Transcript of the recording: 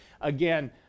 Again